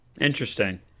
Interesting